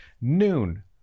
Noon